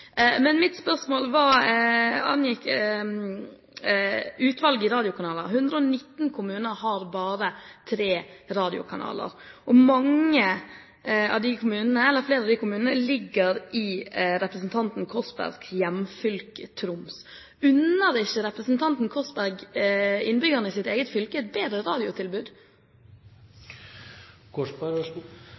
Men mitt spørsmål angår utvalget av radiokanaler. 119 kommuner har bare tre radiokanaler, og flere av de kommunene ligger i representanten Korsbergs hjemfylke, Troms. Unner ikke representanten Korsberg innbyggerne i sitt eget fylke et bedre